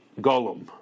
Gollum